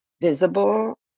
visible